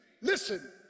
listen